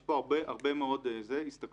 יש פה הרבה מאוד הסתכלות.